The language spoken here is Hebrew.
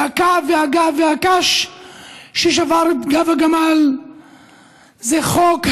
והקש ששבר את גב הגמל זה חוק הלאום.